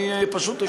אני פשוט אשתוק,